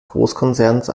großkonzerns